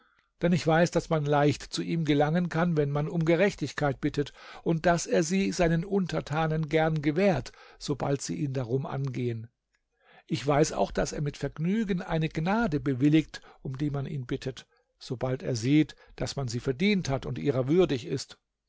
denn ich weiß daß man leicht zu ihm gelangen kann wenn man um gerechtigkeit bittet und daß er sie seinen untertanen gern gewährt sobald sie ihn darum angehen ich weiß auch daß er mit vergnügen eine gnade bewilligt um die man ihn bittet sobald er sieht daß man sie verdient hat und ihrer würdig ist